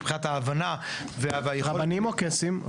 מבחינת ההבנה והיכולת --- רבנים או קייסים?